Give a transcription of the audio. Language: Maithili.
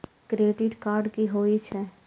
क्रेडिट कार्ड की होई छै?